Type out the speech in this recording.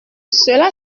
cela